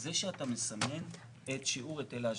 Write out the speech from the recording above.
מזה שאתה מסמן את שיעור היטל ההשבחה.